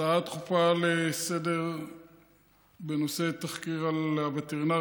הצעה דחופה לסדר-היום בנושא: תחקיר על הווטרינר